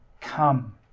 come